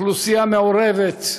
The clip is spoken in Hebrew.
אוכלוסייה מעורבת,